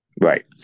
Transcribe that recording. Right